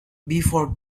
before